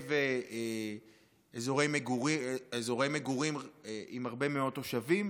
בלב אזורי מגורים עם הרבה מאוד תושבים,